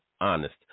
honest